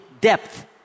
depth